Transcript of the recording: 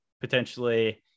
potentially